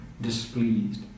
displeased